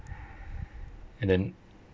and then